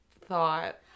thought